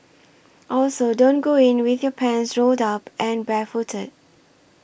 also don't go in with your pants rolled up and barefooted